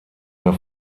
mehr